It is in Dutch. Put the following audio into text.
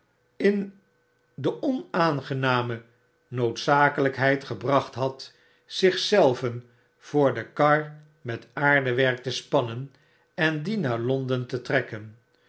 in de onaangename noodzakelykheid gebracht had zich zelven voor de kar met aardewerk te spannen en die naar londen te trekken